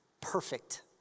perfect